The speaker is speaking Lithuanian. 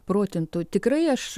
protintų tikrai aš